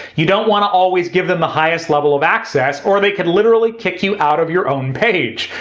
you don't want to always give them the highest level of access or they could literally kick you out of your own page!